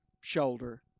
shoulder